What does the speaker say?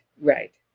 Right